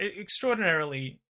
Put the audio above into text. extraordinarily